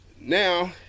now